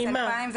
ממה?